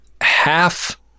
half